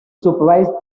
supervised